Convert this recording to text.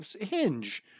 Hinge